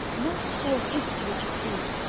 not so hasty, if you please.